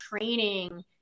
training